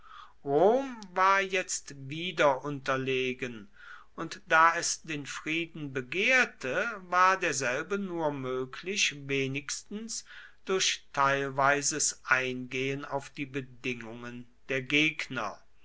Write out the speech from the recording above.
war jetzt wieder unterlegen und da es den frieden begehrte war derselbe nur möglich wenigstens durch teilweises eingehen auf die bedingungen der gegner